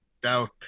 doubt